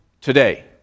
today